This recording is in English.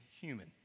human